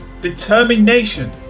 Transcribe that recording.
determination